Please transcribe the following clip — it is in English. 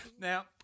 Now